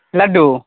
لڈو